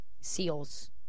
seals